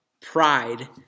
pride